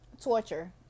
Torture